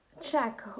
check